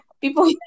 people